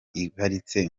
iparitse